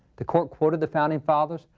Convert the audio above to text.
the court quoted the founding fathers,